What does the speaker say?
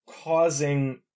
causing